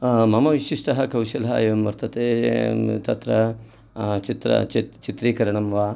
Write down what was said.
मम विशिष्टः कौशलः एवं वर्तते तत्र चित्रीकरणं वा